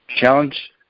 challenge